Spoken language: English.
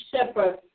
shepherd